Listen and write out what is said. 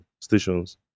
stations